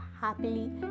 happily